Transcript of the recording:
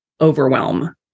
overwhelm